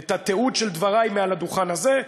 את התיעוד של דברי מעל הדוכן הזה,